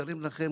מותרים לכם,